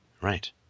right